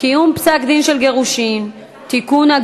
(קיום פסקי-דין של גירושין) (תיקון,